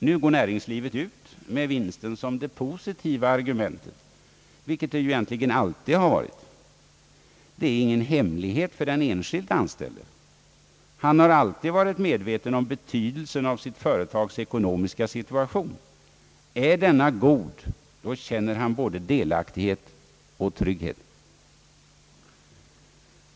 Nu går näringslivet ut med vinsten som det positiva argumentet, vilket den ju egentligen alltid varit. Detta är ingen hemlighet för den enskilde. anställde. Han har alltid varit medveten om betydelsen av sitt företags ekonomiska situation. Är denna god känner han både delaktighet — och trygghet.